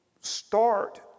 start